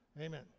Amen